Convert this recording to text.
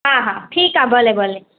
हा हा ठीकु आहे भले भले